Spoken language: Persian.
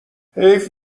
حیف